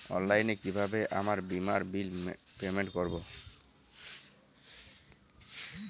অনলাইনে কিভাবে আমার বীমার বিল পেমেন্ট করবো?